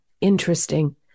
Interesting